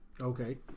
Okay